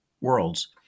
worlds